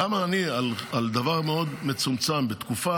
למה על דבר מאוד מצומצם בתקופה,